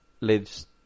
lives